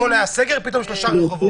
שהכול היה סגר ופתאום זה ירד לשלושה רחובות.